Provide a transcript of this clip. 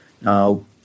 Now